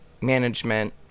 management